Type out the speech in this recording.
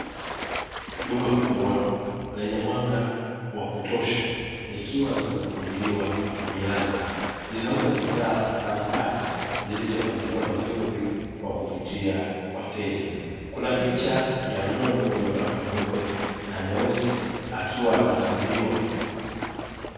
Duka kubwa lenye mwanga wa kutosha likiwa limefunguliwa milango, linauza bidhaa mbalimbali zilizopangiliwa vizuri kwa kuvutia wateja, kuna picha ya n'gombe mwenye mabaka meupe na meusi akiwa anakamuliwa.